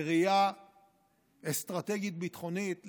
בראייה אסטרטגיית ביטחונית,